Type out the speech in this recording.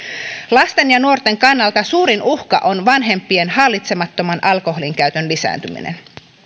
lasten ja nuorten kannalta suurin uhka on vanhempien hallitsemattoman alkoholinkäytön lisääntyminen